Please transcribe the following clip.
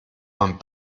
man